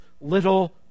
little